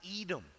Edom